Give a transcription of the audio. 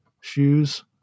shoes